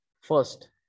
First